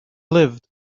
lived